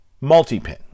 Multi-pin